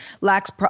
lacks